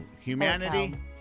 humanity